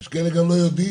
יש כאלה גם לא יודעים.